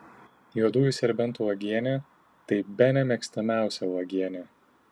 juodųjų serbentų uogienė tai bene mėgstamiausia uogienė